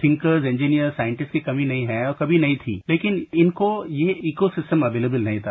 thinkers engineer scientist की कमी नहीं है और कभी नहीं थी लेकिन इनको ये इको सिस्टम एवेलेबल नहीं था